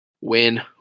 win